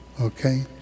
okay